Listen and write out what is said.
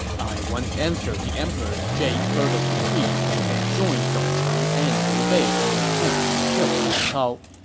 i once answered the emperor's jade girdle decree and joined dong cheng and liu bei in attempt to kill cao cao,